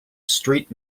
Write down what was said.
street